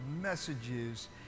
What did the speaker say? messages